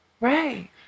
right